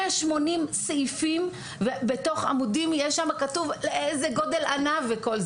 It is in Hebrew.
180 סעיפים בתוך עמודים וכתוב איזה גודל העינב צריך להיות.